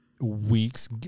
weeks